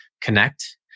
connect